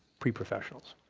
pre-professionals.